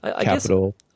capital